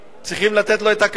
צריכים לתת לו את הכבוד